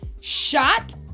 shot